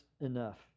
enough